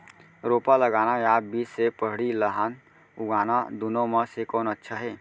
रोपा लगाना या बीज से पड़ही धान उगाना दुनो म से कोन अच्छा हे?